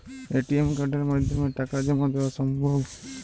ATM কার্ডের মাধ্যমে টাকা জমা দেওয়া সম্ভব?